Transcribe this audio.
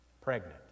pregnant